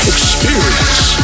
Experience